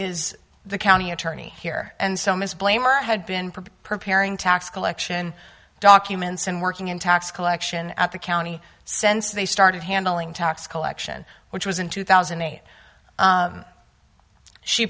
is the county attorney here and so mr blamer had been preparing tax collection documents and working in tax collection at the county since they started handling tax collection which was in two thousand and eight